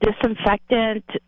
disinfectant